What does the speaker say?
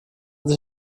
sich